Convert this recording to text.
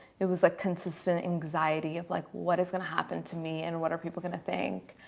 it was a consistent anxiety of like what is gonna happen to me? and what are people gonna think?